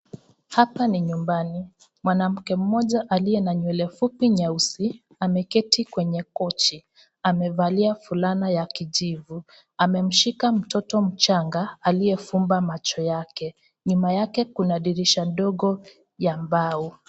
Hapa ni nyumbani, mwanamke mmoja aliye na nywele fupi nyeusi ameketi kwenye kochi amevalia fulana ya kijivu amemshika mtoto mchanga aliyefumba macho yake. Nyuma yake kuna dirisha ndogo ya mbao.